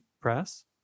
Press